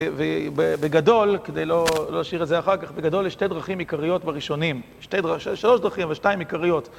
ו... וב... ובגדול, כדי לא ל... להשאיר את זה אחר כך, בגדול יש שתי דרכים עיקריות בראשונים. שתי... ש... שלוש דרכים, אבל שתיים עיקריות.